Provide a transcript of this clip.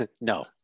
no